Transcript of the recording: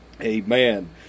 Amen